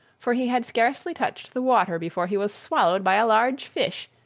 for he had scarcely touched the water before he was swallowed by a large fish,